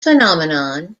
phenomenon